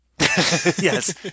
Yes